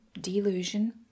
delusion